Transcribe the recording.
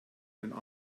deinen